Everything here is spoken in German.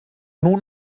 nun